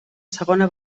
segona